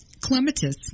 clematis